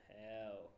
hell